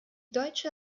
deutsche